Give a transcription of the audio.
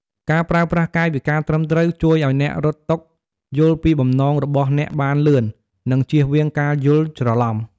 ការប្រើប្រាស់កាយវិការត្រឹមត្រូវជួយឲ្យអ្នករត់តុយល់ពីបំណងរបស់អ្នកបានលឿន និងជៀសវាងការយល់ច្រឡំ។